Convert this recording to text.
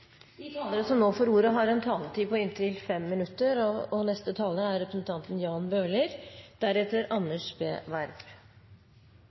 De talere som heretter får ordet, har en taletid på inntil 3 minutter. Jeg må si det var bra at både næringsministeren og